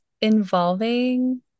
involving